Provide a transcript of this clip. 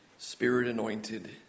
Spirit-anointed